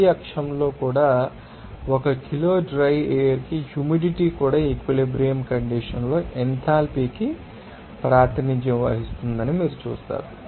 Y అక్షంలో కూడా ఒక కిలో డ్రై ఎయిర్ కి హ్యూమిడిటీ కూడా ఈక్విలిబ్రియం కండిషన్స్ లో ఎంథాల్పీకి ప్రాతినిధ్యం వహిస్తుందని మీరు చూస్తారు